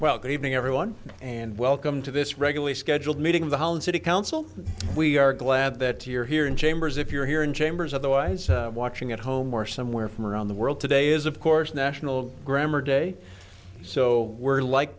well good evening everyone and welcome to this regularly scheduled meeting the holland city council we are glad that you're here in chambers if you're here in chambers otherwise watching at home or somewhere from around the world today is of course national grammar day so we're like